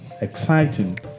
exciting